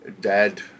Dad